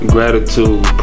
Gratitude